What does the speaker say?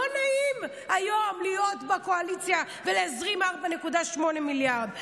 לא נעים היום להיות בקואליציה ולהזרים 4.8 מיליארד שקל.